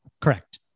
Correct